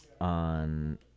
on